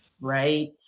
right